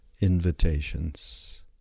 Invitations